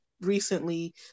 recently